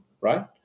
right